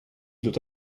doit